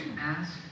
Ask